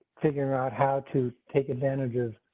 figure out how to take advantage of.